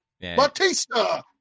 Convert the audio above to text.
Batista